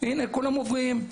כולם עוברים.